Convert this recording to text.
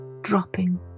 Dropping